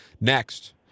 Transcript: Next